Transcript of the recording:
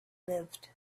lived